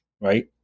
right